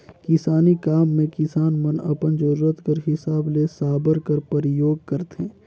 किसानी काम मे किसान मन अपन जरूरत कर हिसाब ले साबर कर परियोग करथे